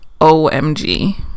OMG